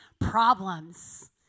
problems